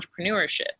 entrepreneurship